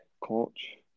coach